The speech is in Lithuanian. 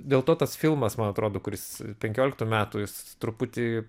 dėl to tas filmas man atrodo kurs penkioliktų metų jis truputį